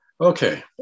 Okay